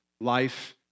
life